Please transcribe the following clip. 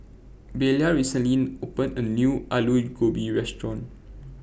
Belia recently opened A New Alu Gobi Restaurant